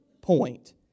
point